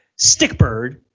Stickbird